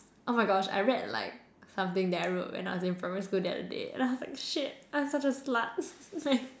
oh my gosh I read like something that I wrote when I was in primary school the other day and I was like shit I'm such a slut like